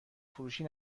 فروشی